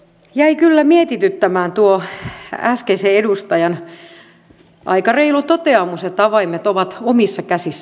jäi kyllä mietityttämään tuo äskeisen edustajan aika reilu toteamus että avaimet ovat omissa käsissä